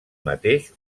mateix